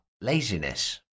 laziness